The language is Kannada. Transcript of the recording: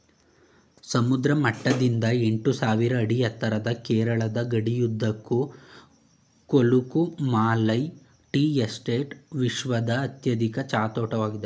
ಸಮುದ್ರ ಮಟ್ಟದಿಂದ ಎಂಟುಸಾವಿರ ಅಡಿ ಎತ್ತರದ ಕೇರಳದ ಗಡಿಯುದ್ದಕ್ಕೂ ಕೊಲುಕುಮಾಲೈ ಟೀ ಎಸ್ಟೇಟ್ ವಿಶ್ವದ ಅತ್ಯಧಿಕ ಚಹಾ ತೋಟವಾಗಿದೆ